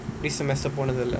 this semester போனதில்ல:ponathilla